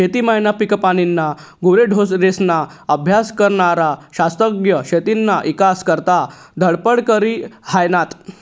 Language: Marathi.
शेती मायना, पिकपानीना, गुरेढोरेस्ना अभ्यास करनारा शास्त्रज्ञ शेतीना ईकास करता धडपड करी हायनात